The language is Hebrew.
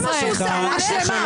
זה מה שהוא עושה בן גביר,